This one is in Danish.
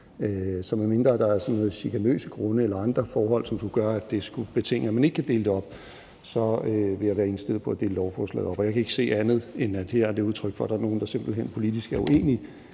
Så medmindre der sådan er nogle chikanøse grunde eller andre forhold, som gør, at det skulle betinge, at man ikke kan dele det op, så vil jeg være indstillet på at dele lovforslaget op. Og jeg kan ikke se andet, end at her er det udtryk for, at der er nogle, der simpelt hen politisk er uenige